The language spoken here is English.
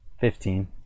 Fifteen